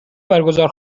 برگزار